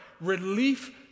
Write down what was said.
relief